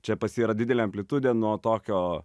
čia pas jį yra didelė amplitudė nuo tokio